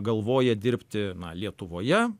galvoja dirbti lietuvoje